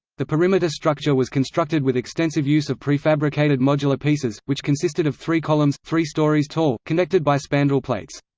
the perimeter structure was constructed with extensive use of prefabricated modular pieces, which consisted of three columns, three stories tall, connected by spandrel plates.